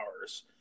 hours